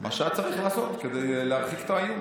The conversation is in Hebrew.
מה שהיה צריך לעשות כדי להרחיק את האיום.